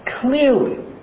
Clearly